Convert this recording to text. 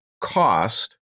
cost